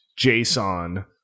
JSON